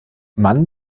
mann